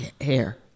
hair